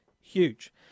huge